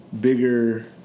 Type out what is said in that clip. bigger